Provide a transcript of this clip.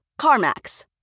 CarMax